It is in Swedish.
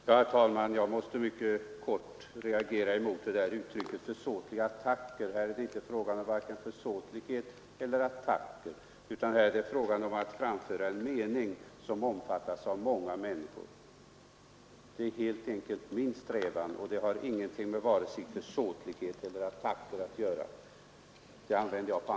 Herr talman! Också jag måste reagera mot uttrycket försåtliga attacker. Här är det inte fråga om vare sig försåtlighet eller attacker, utan här är det fråga om att framföra en ärlig mening som omfattas av många människor. Det har varit och är min strävan, och den har inget med vare sig försåtlighet eller attacker att göra.